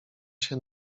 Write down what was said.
się